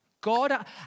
God